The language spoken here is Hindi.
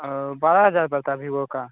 औ बारह हज़ार पड़ता है भीवो का